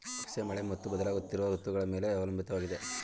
ಕೃಷಿಯು ಮಳೆ ಮತ್ತು ಬದಲಾಗುತ್ತಿರುವ ಋತುಗಳ ಮೇಲೆ ಅವಲಂಬಿತವಾಗಿದೆ